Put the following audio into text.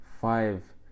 Five